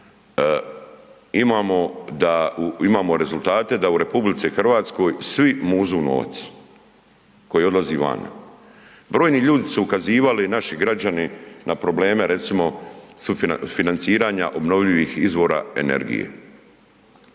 imamo rezultate da u RH svi muzu novac koji odlazi vani. Brojni ljudi su ukazivali, naši građani, na probleme recimo financiranja obnovljivih izvora energije.